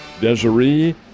Desiree